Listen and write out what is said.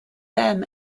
them